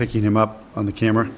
picking them up on the camera